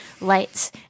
lights